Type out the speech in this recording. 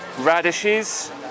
radishes